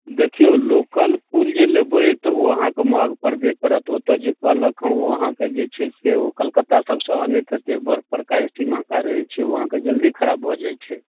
देखिऔ लोकल फूल जे लेबै तऽ ओ अहाँके महग पड़बे करत ओतऽ जे कहलक हँ ओ अहाँके जे छै से कलकत्ता सबसँ अनैत हेतै बर्फ पड़का ए सी महक रहै छै ओ अहाँके जल्दी खराब भऽ जाइ छै